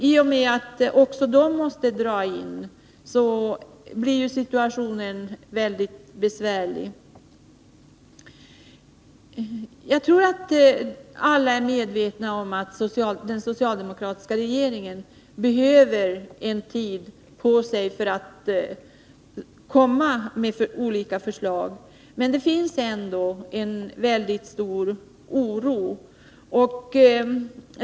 I och med att också de nu måste dra in blir situationen väldigt besvärlig. Jag tror att alla är medvetna om att den socialdemokratiska regeringen behöver tid på sig för att komma med olika förslag, men det finns ändå en mycket stor oro.